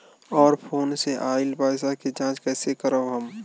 और फोन से आईल पैसा के जांच कैसे करब हम?